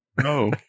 No